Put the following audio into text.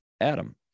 Adam